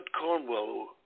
Cornwell